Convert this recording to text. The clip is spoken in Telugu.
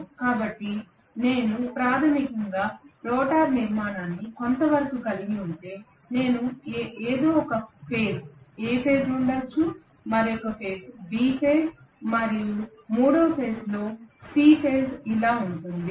కాబట్టి నేను ప్రాథమికంగా రోటర్ నిర్మాణాన్ని కొంతవరకు కలిగి ఉంటే నేను ఏదో ఒక ఫేజ్ A ఫేజ్ ఉండవచ్చు మరొక ఫేజ్ B ఫేజ్ మరియు మూడవ ఫేజ్ో C ఫేజ్ ఇలా ఉంటుంది